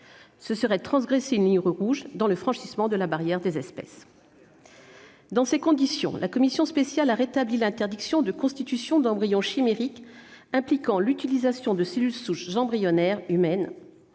transgression d'une ligne rouge dans le franchissement de la barrière des espèces. Très bien ! Dans ces conditions, la commission spéciale a rétabli l'interdiction de constitution d'embryons chimériques impliquant l'utilisation de cellules souches embryonnaires humaines.